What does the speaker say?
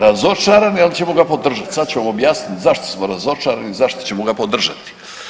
Razočarani, ali ćemo ga podržat, sad ću vam objasnit zašto smo razočarani, zašto ćemo ga podržati.